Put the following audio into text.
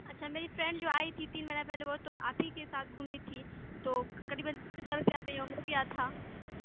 اچھا میری فرینڈ جو آئی تھی تین مہینہ پہلے وہ تو آپ ہی کے ساتھ گھومی تھی تو قریباً میں یہ ہو گیا تھا